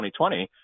2020